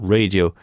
Radio